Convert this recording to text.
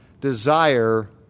desire